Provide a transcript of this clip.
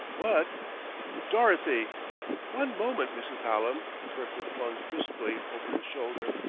but dorothy one moment, mrs. hallam, kirkwood flung crisply over his shoulder.